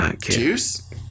Juice